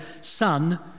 son